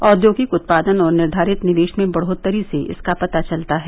औद्योगिक उत्पादन और निर्धारित निवेश में बढ़ोत्तरी से इसका पता चलता है